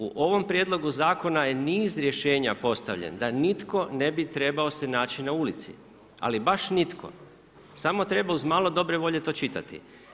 U ovom prijedlogu zakona je niz rješenja postavljeno da nitko ne bi trebao se naći na ulici, ali baš nitko samo treba uz malo dobre volje to čitati.